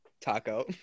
Taco